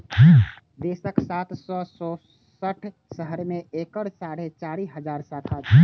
देशक सात सय चौंसठ शहर मे एकर साढ़े चारि हजार शाखा छै